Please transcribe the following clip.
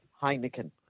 Heineken